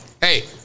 Hey